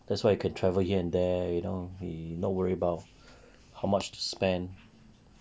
that's why he can travel here and there you know he not worried about how much he spend